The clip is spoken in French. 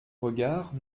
regard